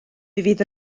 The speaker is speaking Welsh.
fydd